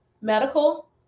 medical